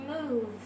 move